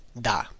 da